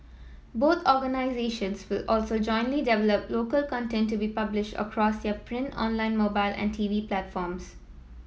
both organisations will also jointly develop local content to be published across their print online mobile and T V platforms